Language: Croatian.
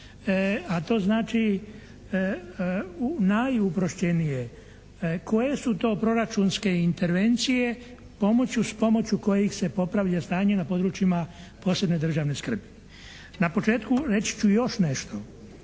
a to znači najugroženije. Koje su to proračunske intervencije pomoću, s pomoću kojih se popravlja stanje na područjima posebne državne skrbi. Na početku reći ću još nešto.